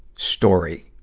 story,